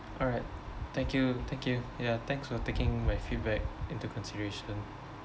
alright thank you thank you ya thanks for taking my feedback into consideration